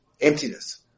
Emptiness